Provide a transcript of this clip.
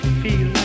feel